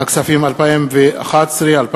הכספים 2011 2012,